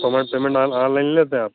payment payment on online ही लेते हैं आप